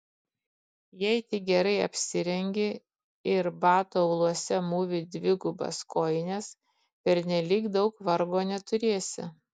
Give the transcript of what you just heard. jei tik gerai apsirengi ir batų auluose mūvi dvigubas kojines pernelyg daug vargo neturėsi